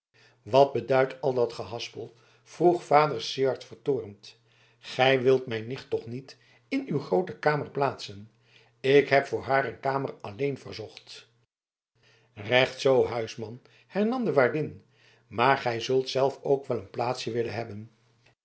wat beduidt al dat gehaspel vroeg vader syard vertoornd gij wilt mijn nicht toch niet in uw groote kamer plaatsen ik heb voor haar een kamer alleen verzocht recht zoo huisman hernam de waardin maar gij zult zelf ook wel een plaatsje willen hebben